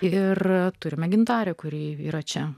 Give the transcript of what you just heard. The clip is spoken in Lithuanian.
ir turime gintarę kuri yra čia